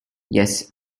yes